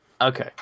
Okay